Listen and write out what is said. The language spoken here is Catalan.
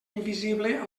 invisible